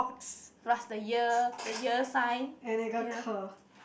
plus the year the year sign you know